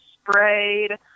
sprayed